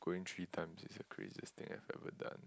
going three times is the craziest think I've ever done